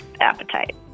appetite